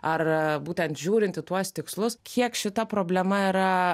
ar būtent žiūrint į tuos tikslus kiek šita problema yra